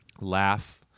laugh